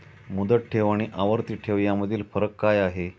मुदत ठेव आणि आवर्ती ठेव यामधील फरक काय आहे?